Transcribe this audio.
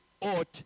ought